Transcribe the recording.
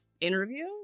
interview